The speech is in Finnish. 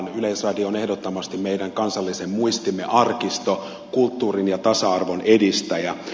yleisradio on ehdottomasti meidän kansallisen muistimme arkisto kulttuurin ja tasa arvon edistäjä